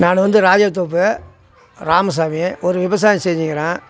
நான் வந்து ராஜத்தோப்பு ராமசாமி ஒரு விவசாயம் செஞ்சிக்கிறேன்